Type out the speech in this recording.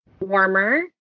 warmer